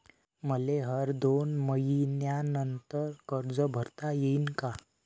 मले हर दोन मयीन्यानंतर कर्ज भरता येईन का?